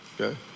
Okay